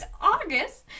August